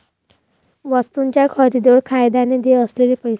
वस्तूंच्या खरेदीवर कायद्याने देय असलेले पैसे